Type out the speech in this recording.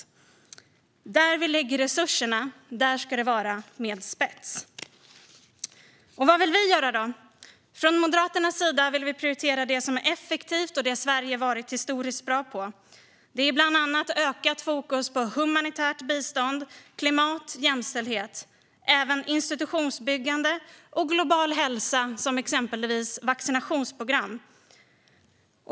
Men där vi lägger resurserna ska det vara med spets. Och vad vill då vi göra? Från Moderaternas sida vill vi prioritera det som är effektivt och det Sverige har varit historiskt bra på. Det är bland annat ökat fokus på humanitärt bistånd, klimat och jämställdhet. Det gäller även institutionsbyggande och global hälsa, exempelvis vaccinationsprogram.